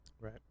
Right